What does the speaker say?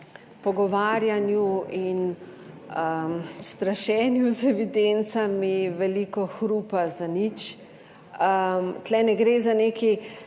pogovarjanju in strašenju z evidencami, veliko hrupa za nič. Tu ne gre za neka,